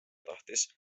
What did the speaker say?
tahtis